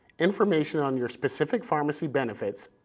information on your specific pharmacy benefits,